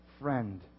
friend